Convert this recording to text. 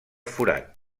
forat